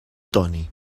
toni